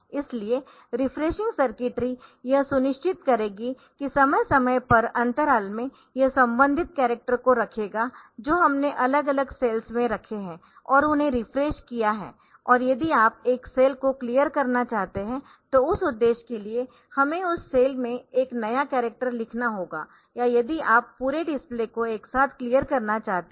इसलिए refreshing circuitry यह सुनिश्चित करेगी कि समय समय पर अंतराल में यह संबंधित कॅरक्टर को रखेगा जो हमने अलग अलग सेल्स में रखे है और उन्हें रिफ्रेश किया है और यदि आप एक सेल को क्लियर करना चाहते है तो उस उद्देश्य के लिए हमें उस सेल में एक नया कॅरक्टर लिखना होगा या यदि आप पुरे डिस्प्ले को एक साथ क्लियर करना चाहते है